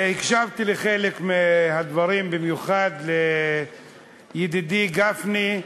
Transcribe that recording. הקשבתי לחלק מהדברים, במיוחד לידידי גפני,